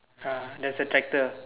uh there's a tractor